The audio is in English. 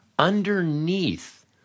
underneath